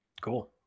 Cool